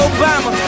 Obama